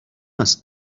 است